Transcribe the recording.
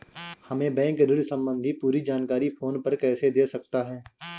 हमें बैंक ऋण संबंधी पूरी जानकारी फोन पर कैसे दे सकता है?